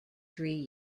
three